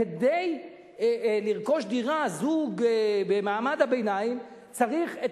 כדי לרכוש דירה זוג במעמד הביניים צריך את